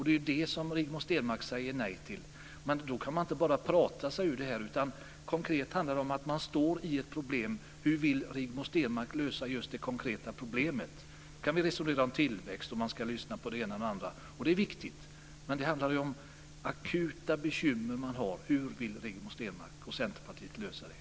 Men det säger Rigmor Stenmark nej till. Man kan inte bara prata sig ur det här. Konkret handlar det om att man står inför ett problem. Hur vill Rigmor Stenmark lösa just det konkreta problemet? Sedan kan vi resonera om tillväxt och att man ska lyssna på den ena och andra. Det är viktigt, men det handlar om att man har akuta bekymmer. Hur vill Rigmor Stenmark och Centerpartiet lösa dem?